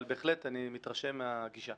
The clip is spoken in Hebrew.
אבל בהחלט אני מתרשם מהגישה.